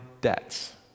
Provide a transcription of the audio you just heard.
debts